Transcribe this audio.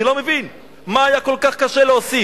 אני לא מבין מה היה כל כך קשה להוסיף.